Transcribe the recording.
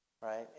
right